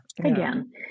Again